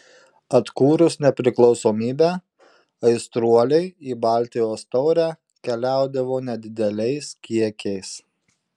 atkūrus nepriklausomybę aistruoliai į baltijos taurę keliaudavo nedideliais kiekiais